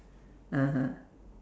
(uh huh)